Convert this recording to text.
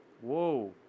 whoa